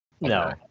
No